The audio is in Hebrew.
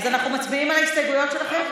אנחנו מצביעים על ההסתייגויות שלכם?